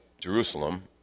Jerusalem